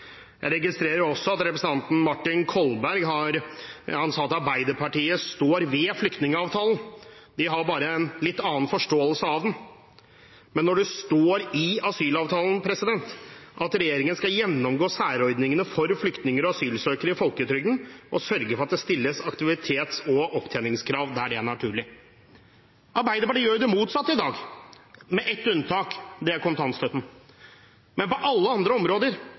Jeg registrerer også at representanten Martin Kolberg sa at Arbeiderpartiet står ved flyktningavtalen. De har bare en litt annen forståelse av den. Men det står i asylavtalen at regjeringen skal gjennomgå særordningene for flyktninger og asylsøkere i folketrygden og sørge for at det stilles aktivitets- og opptjeningskrav der det er naturlig. Arbeiderpartiet gjør det motsatte i dag, med ett unntak – kontantstøtten. Men på alle andre områder